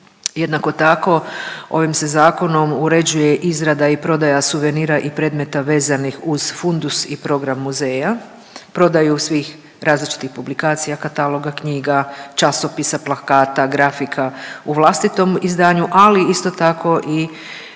Jednako tako ovim se zakonom uređuje izrada i prodaja suvenira i predmeta vezanih uz fundus i program muzeja, prodaju svih različitih publikacija, kataloga, knjiga, časopisa, plakata, grafika, u vlastitom izdanju, ali isto tako u